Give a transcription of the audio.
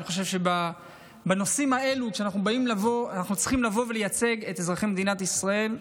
אני חושב שבנושאים האלה אנחנו צריכים לבוא ולייצג את אזרחי מדינת ישראל.